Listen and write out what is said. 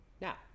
Now